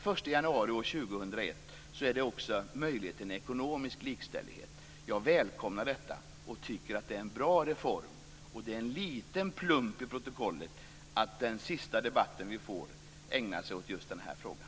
Den 1 januari 2001 blir det en möjlighet till en ekonomisk likställighet. Jag välkomnar detta, och jag tycker att det är en bra reform. Det är en liten plump i protokollet att den sista debatten i ämnet ägnas åt den frågan.